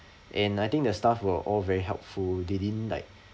and I think the staff were all very helpful they didn't like